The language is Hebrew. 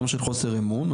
גם של חוסר אמון.